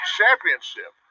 championship